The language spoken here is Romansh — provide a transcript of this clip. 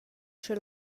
sche